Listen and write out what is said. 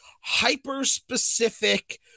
hyper-specific